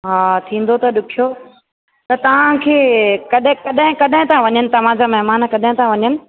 हा थींदो त ॾुखियो त तव्हांखे कॾहिं कॾहिं कॾहिं था वञनि तव्हां जा महिमान कॾहिं था वञनि